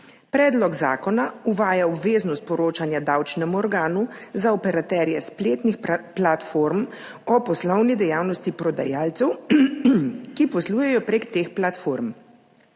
Predlog zakona uvaja obveznost poročanja davčnemu organu za operaterje spletnih platform o poslovni dejavnosti prodajalcev, ki poslujejo prek teh platform.